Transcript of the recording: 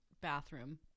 bathroom